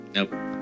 Nope